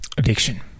Addiction